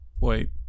Wait